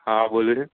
હેલોહા બોલીએ